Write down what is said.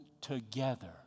together